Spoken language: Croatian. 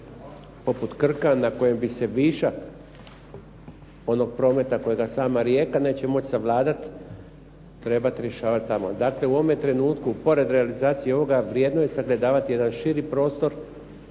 poput Krka, na kojem bi se višak onog prometa kojega sama Rijeka neće moći savladat, trebat rješavat tamo. Dakle, u ovome trenutku pored realizacije ovoga vrijedno je sagledavati jedan širi prostor